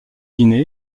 guinée